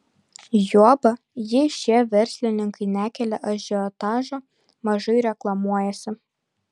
juoba jei šie verslininkai nekelia ažiotažo mažai reklamuojasi